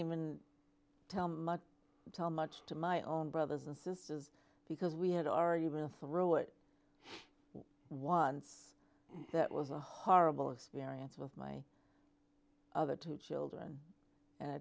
even tell tell much to my own brothers and sisters because we had already been through it once that was a horrible experience with my other two children